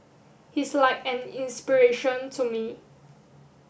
he's like an inspiration to me